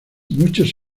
muchos